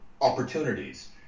opportunities